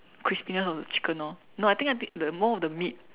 crispiness of the chicken orh no I think I think the more the meat